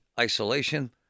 isolation